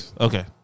Okay